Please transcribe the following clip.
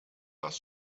das